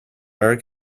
erik